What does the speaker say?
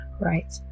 right